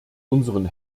unseren